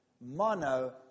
mono